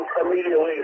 immediately